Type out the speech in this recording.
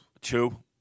two